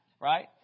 right